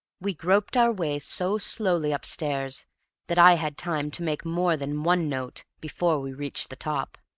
we groped our way so slowly upstairs that i had time to make more than one note before we reached the top.